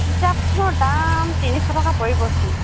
কিতাপখনৰ দাম তিনিশ টকা পৰিব সেইখন